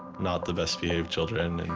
not the best behaved children